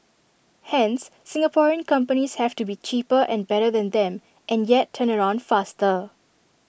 hence Singaporean companies have to be cheaper and better than them and yet turnaround faster